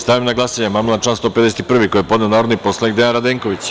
Stavljam na glasanje amandman na član 151. koji je podneo narodni poslanik mr Dejan Radenković.